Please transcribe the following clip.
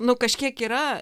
nu kažkiek yra